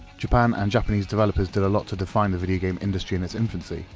japan and japanese developers did a lot to define the video game industry in its infancy,